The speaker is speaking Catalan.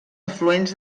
afluents